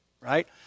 right